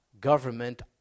government